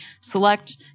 select